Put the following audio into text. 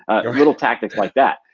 little tactics like that.